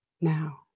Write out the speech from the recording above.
now